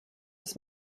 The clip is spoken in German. des